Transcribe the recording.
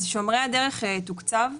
שומרי הדרך תוקצב,